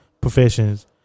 professions